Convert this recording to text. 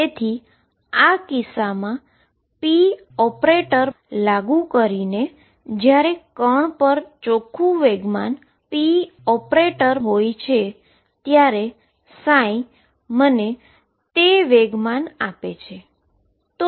તેથીઆ કિસ્સામાં pop લાગુ કરી ને જ્યારે પાર્ટીકલ પર ચોખ્ખુ મોમેન્ટમ pop હોય છે ત્યારે મને તે મોમેન્ટમ આપે છે